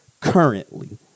currently